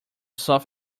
south